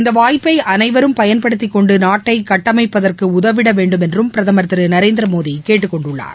இந்த வாய்ப்பை அனைவரும் பயன்படுத்திக்கொண்டு நாட்டை கட்டமைப்பதற்கு உதவிடவேண்டும் என்றும் பிரதமர் திரு நரேந்திரமோடி கேட்டுக்கொண்டுள்ளார்